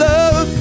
Love